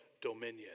dominion